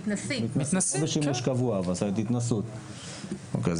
אוקיי.